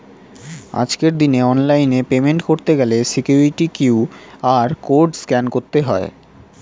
আজকের দিনে অনলাইনে পেমেন্ট করতে গেলে সিকিউরিটি কিউ.আর কোড স্ক্যান করতে হয়